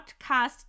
podcast